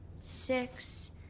Six